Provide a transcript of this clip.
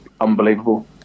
unbelievable